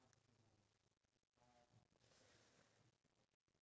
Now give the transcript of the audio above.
like from this day back into the past